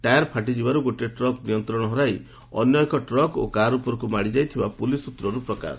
tyre ଫାଟିଯିବାରୁ ଗୋଟିଏ truck ନିୟନ୍ତ୍ରଣ ହରାଇ ଅନ୍ୟ ଏକ ଟ୍ରକ୍ ଓ କାର୍ ଉପରକୁ ମାଡ଼ିଯାଇଥିବା ପୁଲିସ୍ ସୂତ୍ରରୁ ପ୍ରକାଶ